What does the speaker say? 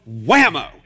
whammo